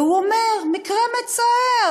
והוא אומר: מקרה מצער.